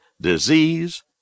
disease